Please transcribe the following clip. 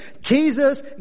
Jesus